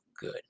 good